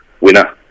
winner